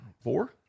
Four